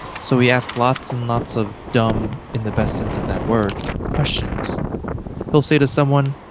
so he asked lots and lots of dumb, in the best sense of that word, questions he'll say to someone,